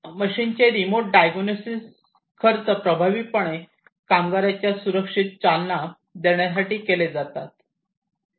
मशीनचे remote diagnosis खर्च प्रभावीपणे कामगारांच्या सुरक्षेस चालना देण्यासाठी केले जाते